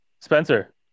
Spencer